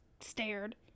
stared